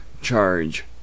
charge